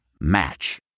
Match